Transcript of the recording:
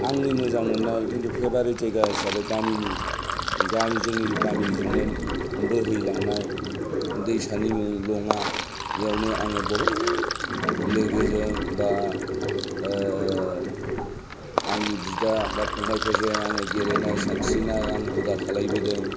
आंनि मोजां मोननाय खिन्थु फेभाइरट जायगा हिसाबै गामिनि गामि जोंनि गामिजोंनो बोहैलांनाय दैसानि मुं लङा बेयावनो आङो बहुद लोगोजों बा आंनि बिदा बा फंबायफोरजों आङो गेलेनाय सानस्रिनाय आं हुदा खालायबोदों